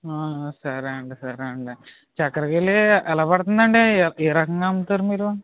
సరే అండి సరే అండి చక్రకేళి ఎలా పడతందండి ఏ రకంగా అమ్ముతారు మీరు